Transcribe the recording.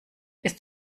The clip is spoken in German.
ist